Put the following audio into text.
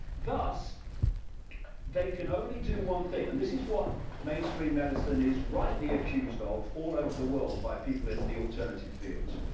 thus they can only do one thing, and this is what mainstream medicine is rightly accused of all over the world by people in the alternative fields,